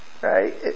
right